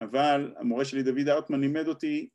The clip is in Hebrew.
אבל המורה שלי דוד האוטמן לימד אותי